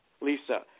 Lisa